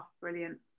Brilliant